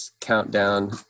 countdown